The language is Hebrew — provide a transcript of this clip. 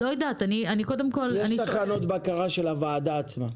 יש תחנות בקרה של הוועדה עצמה.